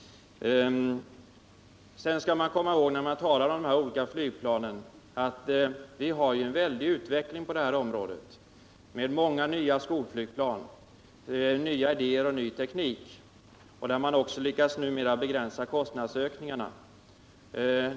Sedan skall vi komma ihåg, när vi talar om de olika flygplanen, att det ju sker en väldig utveckling på detta område, med många nya skolflygplan, nya idéer och ny teknik, där man numera också lyckas begränsa kostnadsökningarna.